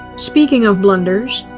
speaking of blunders.